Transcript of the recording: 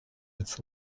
its